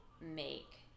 make